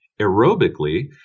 aerobically